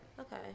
okay